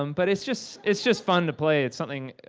um but it's just it's just fun to play. it's something,